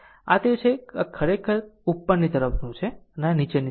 આ તે છે આ ખરેખર ઉપર તરફનું છે આ નીચે તરફનું છે